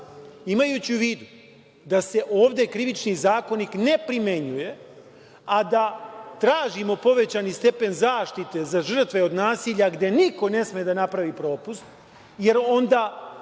Imajući u vidu da se ovde Krivični zakonik ne primenjuje, a da tražimo povećani stepen zaštite za žrtve od nasilja gde niko ne sme da napravi propust, jer onda